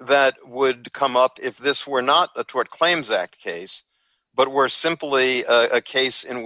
that would come up if this were not a tort claims act case but were simply a case in